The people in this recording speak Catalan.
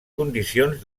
condicions